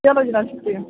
چلو جناب شُکریہ